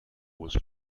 was